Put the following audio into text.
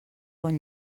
bon